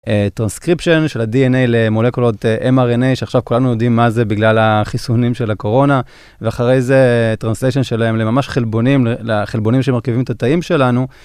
טרנסקריפשן של ה-DNA למולקולות mRNA שעכשיו כולנו יודעים מה זה בגלל החיסונים של הקורונה, ואחרי זה טרנסשן שלהם לממש חלבונים, לחלבונים שמרכיבים את התאים שלנו.